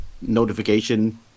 notification